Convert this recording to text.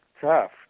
tough